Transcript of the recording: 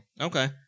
Okay